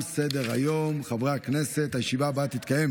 שישה בעד, אין מתנגדים.